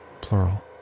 plural